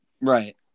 Right